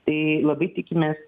tai labai tikimės